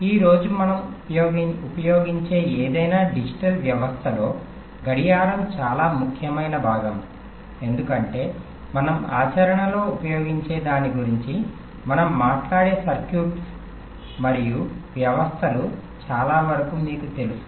ఈ రోజు మనం ఉపయోగించే ఏదైనా డిజిటల్ వ్యవస్థలలో గడియారం చాలా ముఖ్యమైన భాగం ఎందుకంటే మనం ఆచరణలో ఉపయోగించే దాని గురించి మనం మాట్లాడే సర్క్యూట్లు మరియు వ్యవస్థలు చాలావరకు మీకు తెలుసు